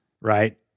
right